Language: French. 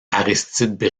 aristide